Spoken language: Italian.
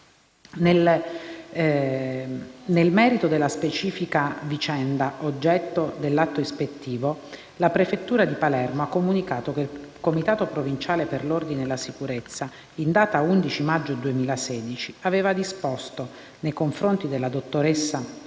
Nel merito della specifica vicenda oggetto dell'atto ispettivo, la prefettura di Palermo ha comunicato che il comitato provinciale per l'ordine e la sicurezza pubblica, in data 11 maggio 2016, aveva disposto nei confronti della dottoressa